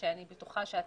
וגם כן בתור אישה,